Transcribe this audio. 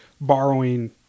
borrowing